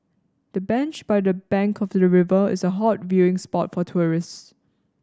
the bench by the bank of the river is a hot viewing spot for tourists